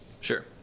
Sure